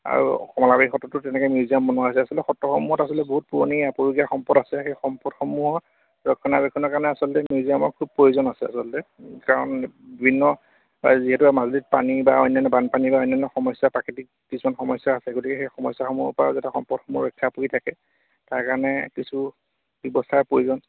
আৰু কমলাবাৰী সত্ৰটো তেনেকে মিউজিয়াম বনোৱা হৈছে আচলতে সত্ৰসমূহত আচলতে বহুত পুৰণি আপুৰুগীয়া সম্পদ আছে সেই সম্পদসমূহৰ ৰক্ষণাবেক্ষণৰ কাৰণে আচলতে মিউজিয়ামৰ খুব প্ৰয়োজন আছে আচলতে কাৰণ বিভিন্ন যিহেতু মাজুলীত পানী বা অন্যান্য বানপানী বা অন্যান্য সমস্যা প্ৰাকৃতিক কিছুমান সমস্যা আছে গতিকে সেই সমস্যাসমূহৰ পৰা যাতে সম্পদসমূহ ৰক্ষা পৰি থাকে তাৰ কাৰণে কিছু ব্যৱস্থাৰ প্ৰয়োজন